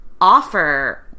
offer